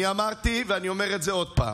אני אמרתי, ואני אומר את זה עוד פעם,